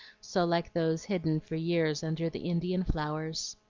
so like those hidden for years under the indian flowers.